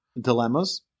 dilemmas